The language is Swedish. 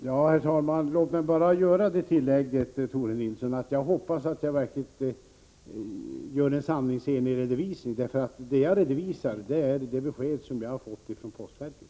Herr talman! Låt mig bara tillägga, Tore Nilsson, att jag hoppas att min redovisning är sanningsenlig. Den bygger nämligen på de besked jag fått från postverket.